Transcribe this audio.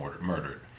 murdered